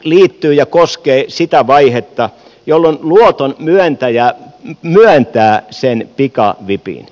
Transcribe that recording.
tämä koskee sitä vaihetta jolloin luoton myöntäjä myöntää sen pikavipin